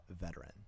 veteran